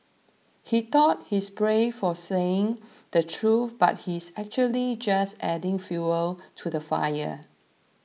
he thought he's brave for saying the truth but he's actually just adding fuel to the fire